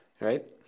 Right